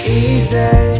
easy